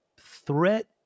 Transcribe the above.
threat